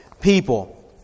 people